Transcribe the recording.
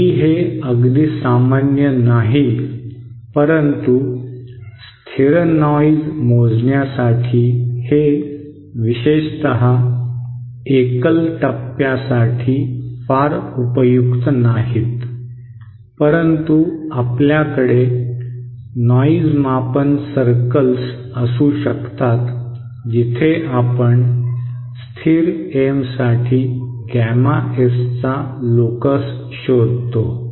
जरी हे अगदी सामान्य नाही परंतु स्थिर नॉइज मोजण्यासाठी हे विशेषत एकल टप्प्यासाठी फार उपयुक्त नाहीत परंतु आपल्याकडे नॉइज मापन सर्कल्स असू शकतात जिथे आपण स्थिर एमसाठी गॅमा एस चा लोकस शोधतो